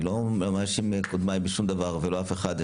אני לא מאשים את קודמיי בשום דבר ולא מאשים אף אחד,